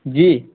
جی